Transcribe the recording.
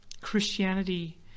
christianity